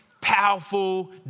powerful